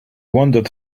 wandered